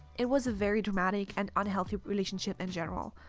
it was a very dramatic and unhealthy relationship in general.